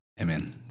Amen